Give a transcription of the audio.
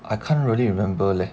I can't really remember leh